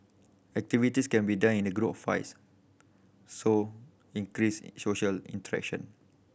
activities can be done in the group so increases social interaction